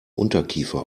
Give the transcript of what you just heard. unterkiefer